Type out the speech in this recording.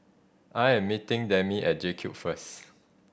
I am meeting Demi at JCube first